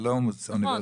זה לא אוניברסיטה פרטית.